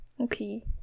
Okay